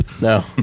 No